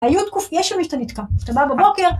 היו תקופה, יש ימים שאתה נתקע, אתה בא בבוקר.